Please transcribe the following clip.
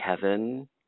kevin